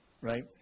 Right